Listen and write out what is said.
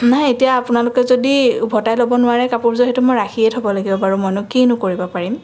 নাই এতিয়া আপোনালোকে যদি ওভতাই ল'ব নোৱাৰে কাপোৰযোৰ সেইটো মই ৰাখিয়ে থ'ব লাগিব বাৰু মইনো কিনো কৰিব পাৰিম